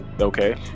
okay